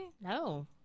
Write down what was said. No